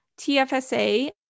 TFSA